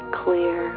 clear